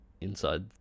inside